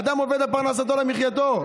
אדם עובד לפרנסתו, למחייתו.